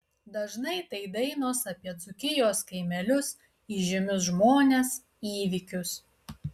dažnai tai dainos apie dzūkijos kaimelius įžymius žmones įvykius